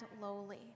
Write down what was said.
lowly